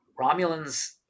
Romulans